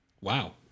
Wow